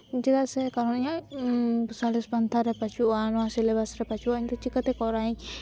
ᱪᱮᱫᱟᱜ ᱥᱮ ᱠᱟᱨᱚᱱ ᱤᱧᱟᱜ ᱥᱚᱨᱮᱥ ᱯᱟᱱᱛᱷᱟ ᱨᱮ ᱵᱟᱹᱪᱩᱜᱼᱟ ᱤᱧᱟᱜ ᱥᱤᱞᱮᱵᱟᱥ ᱨᱮ ᱵᱟᱹᱪᱩᱜᱼᱟ ᱤᱧᱫᱚ ᱪᱤᱠᱟᱹᱛᱮ ᱠᱚᱨᱟᱣ ᱤᱧ